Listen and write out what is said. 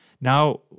now